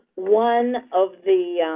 one of the,